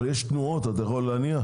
אבל יש תנועות, אתה יכול להניע?